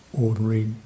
ordinary